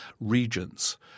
regions